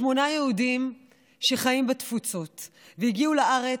שמונה יהודים שחיים בתפוצות והגיעו לארץ,